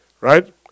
Right